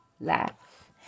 laugh